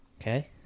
Okay